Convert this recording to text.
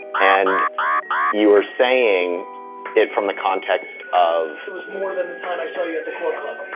and you are saying it from the context of. it was more than the time i saw you at the core club.